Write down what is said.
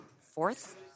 fourth